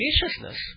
viciousness